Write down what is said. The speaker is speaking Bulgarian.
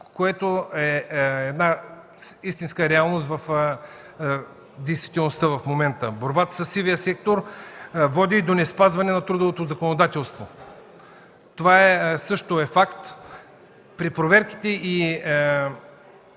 което е истинската реалност, действителността в момента. Борбата със сивия сектор води и до неспазването на трудовото законодателство. Това също е факт. При проверките и